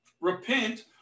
Repent